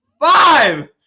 Five